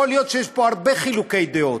יכול להיות שיש פה הרבה חילוקי דעות,